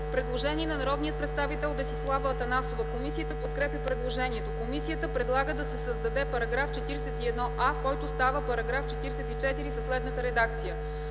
Предложение на народния представител Геновева Алексиева. Комисията подкрепя предложението. Комисията предлага да се създаде нов § 29а, който става § 30 със следната редакция: